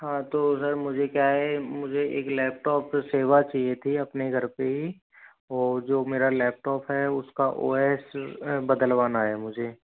हाँ तो सर मुझे क्या है मुझे एक लैपटॉप सेवा चाहिए थी अपने घर पे ही और जो मेरा लैपटॉप है उसका ओ एस बदलवाना है मुझे